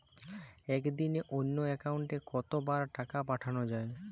একদিনে অন্য একাউন্টে কত বার টাকা পাঠানো য়ায়?